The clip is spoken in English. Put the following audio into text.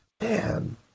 man